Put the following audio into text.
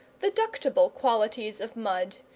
the ductible qualities of mud,